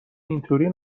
اینطوری